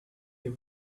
they